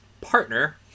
partner